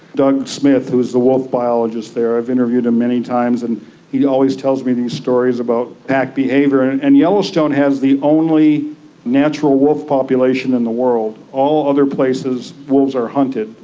doug smith who's the wolf biologist there, i've interviewed him many times, and he always tells me these stories about pack behaviour. and and and yellowstone has the only natural wolf population in the world, all other places, wolves are hunted.